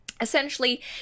Essentially